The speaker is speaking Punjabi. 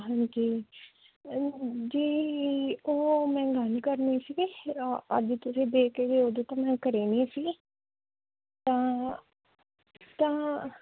ਹਾਂਜੀ ਜੀ ਉਹ ਮੈਂ ਗੱਲ ਕਰਨੀ ਸੀਗੀ ਅੱਜ ਤੁਸੀਂ ਦੇ ਕੇ ਗਏ ਉਦੋਂ ਤੋਂ ਮੈਂ ਘਰ ਨਹੀਂ ਸੀ ਤਾਂ ਤਾਂ